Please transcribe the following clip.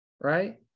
Right